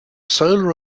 solar